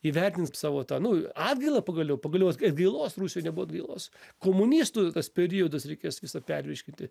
įvertint savo tą nu atgailą pagaliau pagaliau at atgailos rusijoj nebuvo atgailos komunistų tas periodas reikės visą pervirškinti